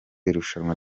irushanwa